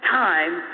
time